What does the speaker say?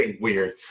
weird